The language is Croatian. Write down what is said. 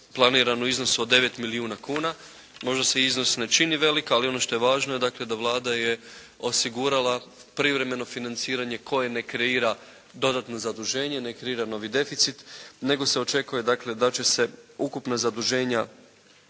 planiran u iznosu od 9 milijuna kuna. Možda se iznos ne čini velik, ali ono što je važno je dakle d Vlada je osigurala privremeno financiranje koje ne kreira dodatno zaduženje, ne kreira novi deficit nego se očekuje dakle da će se ukupna zaduženja